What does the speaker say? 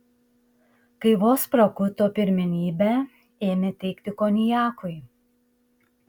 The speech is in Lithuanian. kai vos prakuto pirmenybę ėmė teikti konjakui